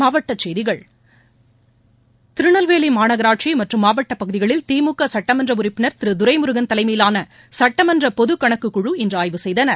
மாவட்ட செய்திகள் திருநெல்வேலி மாநகராட்சி மற்றும் மாவட்ட பகுதிகளில் திமுக சுட்டமன்ற உறுப்பினர் திரு துரைமுருகன் தலைமையிலான சுட்டமன்ற பொதுக் கணக்கு குழு இன்று ஆய்வு செய்தனர்